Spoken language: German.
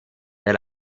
der